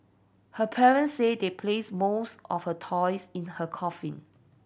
her parents said they placed most of her toys in her coffin